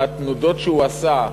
עם התנודות שהוא עשה,